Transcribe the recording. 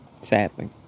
Sadly